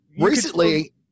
recently